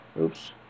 Oops